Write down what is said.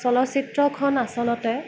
চলচিত্ৰখন আচলতে